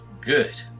Good